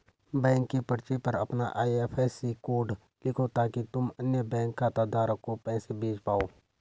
bank के पर्चे पर अपना आई.एफ.एस.सी कोड लिखो ताकि तुम अन्य बैंक खाता धारक को पैसे भेज पाओ